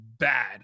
bad